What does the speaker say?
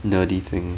nerdy thing